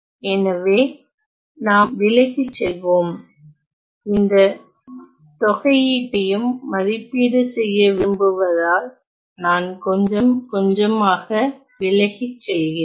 எனவே நாம் விலகிச்செல்வோம் இந்த தொகையீட்டையும் மதிப்பீடு செய்ய விரும்புவதால் நான் கொஞ்சம் கொஞ்சமாக விலகிச் செல்கிறேன்